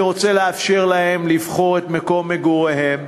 אני רוצה לאפשר להם לבחור את מקום מגוריהם.